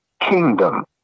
kingdom